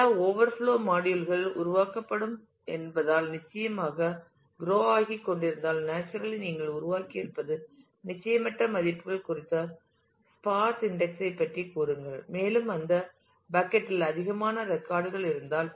பல overflow module கள் உருவாக்கப்படும் என்பதால் நிச்சயமாக குரோ ஆகி கொண்டிருந்தால் நேச்சுரலி நீங்கள் உருவாக்கியிருப்பது நிச்சயமற்ற மதிப்புகள் குறித்த ஸ்பார்ஸ் இன்டெக்ஸ் ஐ பற்றி கூறுங்கள் மேலும் அந்த பக்கட் இல் அதிகமான ரெக்கார்ட் கள் இருந்தால்